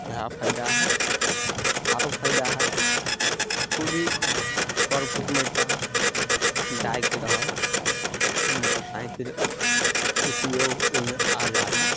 इएहे फाइदा हइ आरो फाइदा हइ कोइ भी कर कुटमैता जाइके रहऽ तऽ मोटर साइकिल उपयोग ओइमे आ जा हइ